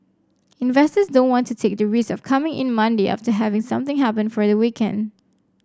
investors don't want to take the risk of coming in Monday after having something happen for the weekend